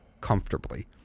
comfortably